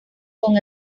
con